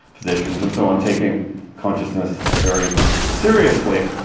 physicians and so on taking consciousness very seriously.